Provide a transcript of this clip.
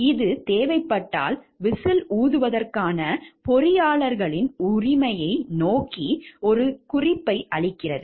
இது தேவைப்பட்டால் விசில் ஊதுவதற்கான பொறியாளர்களின் உரிமையை நோக்கி ஒரு குறிப்பை அளிக்கிறது